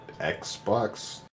Xbox